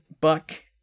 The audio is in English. buck